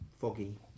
foggy